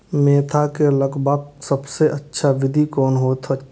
Mentha के लगवाक सबसँ अच्छा विधि कोन होयत अछि?